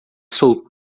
sou